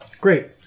great